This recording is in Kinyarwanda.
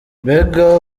mbega